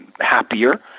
happier